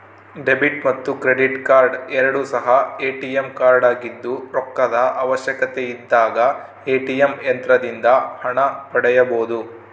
debit ಮತ್ತು credit card ಎರಡು ಸಹ ಎ.ಟಿ.ಎಂ ಕಾರ್ಡಾಗಿದ್ದು ರೊಕ್ಕದ ಅವಶ್ಯಕತೆಯಿದ್ದಾಗ ಎ.ಟಿ.ಎಂ ಯಂತ್ರದಿಂದ ಹಣ ಪಡೆಯಬೊದು